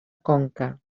conca